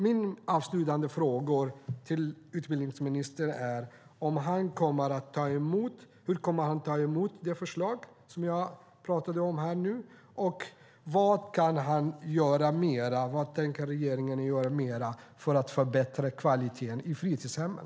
Min avslutande fråga till utbildningsministern är hur han kommer att ta emot det förslag jag talade om här och vad han och regeringen mer tänker göra för att förbättra kvaliteten i fritidshemmen.